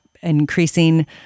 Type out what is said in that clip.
increasing